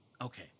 Okay